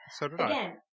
again